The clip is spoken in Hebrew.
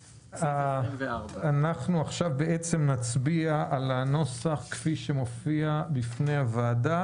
אנחנו מצביעים על כל סעיף 24 בנוסח שמופיע בפני הוועדה.